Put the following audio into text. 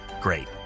Great